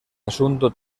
asunto